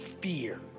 fear